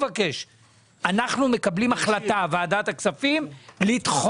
מה עמדתך לגבי המציאות הזאת שהולכים לדון